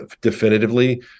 definitively